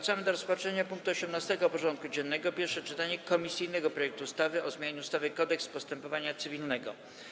Powracamy do rozpatrzenia punktu 18. porządku dziennego: Pierwsze czytanie komisyjnego projektu ustawy o zmianie ustawy Kodeks postępowania cywilnego.